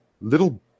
little